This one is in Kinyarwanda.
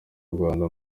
rwanda